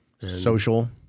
Social